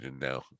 now